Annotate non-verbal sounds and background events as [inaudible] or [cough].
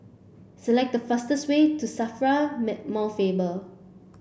select the fastest way to SAFRA [unintelligible] Mount Faber